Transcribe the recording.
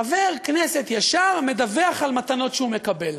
חבר כנסת ישר מדווח על מתנות שהוא מקבל.